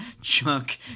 chunk